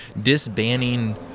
Disbanning